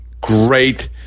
great